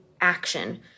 action